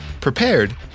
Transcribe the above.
prepared